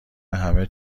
همه